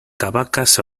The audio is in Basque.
cabacas